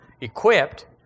equipped